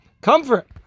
comfort